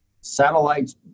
satellites